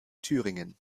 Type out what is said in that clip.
thüringen